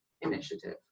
initiative